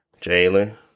Jalen